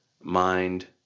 mind